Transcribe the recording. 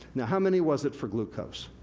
now, how many was it for glucose?